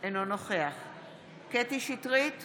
אינו נוכח קטי קטרין שטרית,